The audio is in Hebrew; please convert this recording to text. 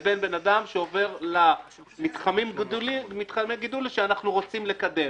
ובין בן אדם שעובר למתחמי גידול שאנחנו רוצים לקדם.